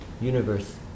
universe